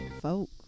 folk